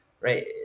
right